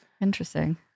Interesting